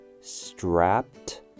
strapped